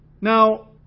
Now